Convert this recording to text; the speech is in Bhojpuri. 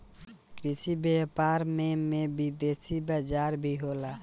कृषि व्यापार में में विदेशी बाजार भी होला